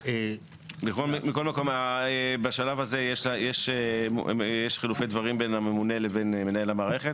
בכל אופן בשלב הזה יש חילופי דברים בין הממונה לבין מנהל המערכת,